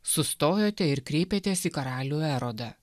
sustojote ir kreipėtės į karalių erodą